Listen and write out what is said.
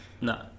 no